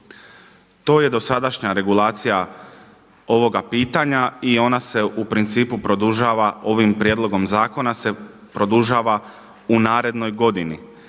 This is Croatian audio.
To je dosadašnja regulacija ovoga pitanja i ona se u principu produžava ovim prijedlogom zakona se produžava u narednoj godini.